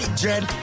dread